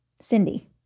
Cindy